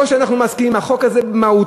לא שאנחנו מסכימים עם החוק הזה במהותו,